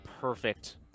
perfect